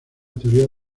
teoría